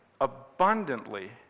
abundantly